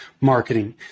marketing